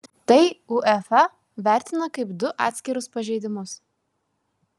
tai uefa vertina kaip du atskirus pažeidimus